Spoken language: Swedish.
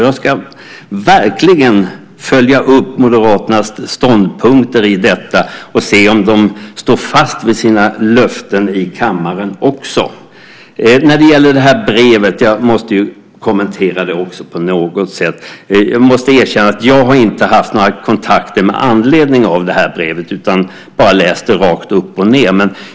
Jag ska verkligen följa upp Moderaternas ståndpunkter i detta och se om de står fast vid sina löften i kammaren också. När det gäller brevet måste jag kommentera det på något sätt. Jag måste erkänna att jag inte har haft några kontakter med anledning av det här brevet utan bara läst det rakt upp och ned.